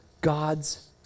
God's